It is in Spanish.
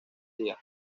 día